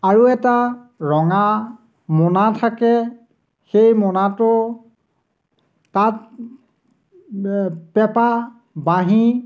আৰু এটা ৰঙা মোনা থাকে সেই মোনাটো তাত পেঁপা বাঁহী